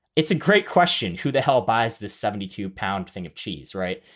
it's a great question. who the hell buys this seventy two pound thing of cheese, right?